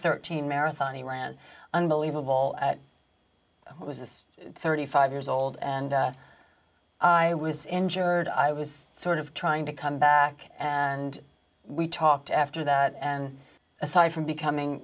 thirteen marathon he ran unbelievable it was thirty five years old and i was injured i was sort of trying to come back and we talked after that and aside from becoming